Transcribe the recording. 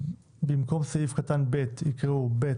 במקום סעיף קטן (ב) יקראו: "(ב)